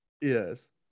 Yes